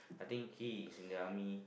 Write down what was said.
I think he is in the army